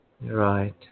Right